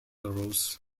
arose